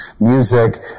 music